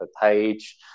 page